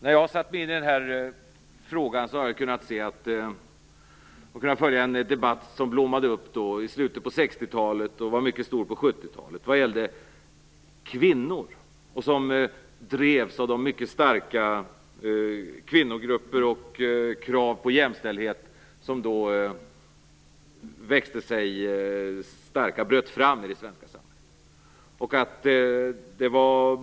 När jag har satt mig in i den här frågan har jag kunnat följa en debatt som blommade upp i slutet av 1960 talet, som var mycket stor på 1970-talet, som gällde kvinnor och som drevs av de mycket starka kvinnogrupper och krav på jämställdhet som då bröt fram och växte sig starka i det svenska samhället.